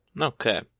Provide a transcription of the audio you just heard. Okay